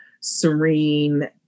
serene